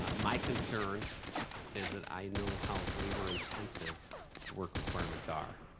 um my concern is that i know how labor intensive work requirements are.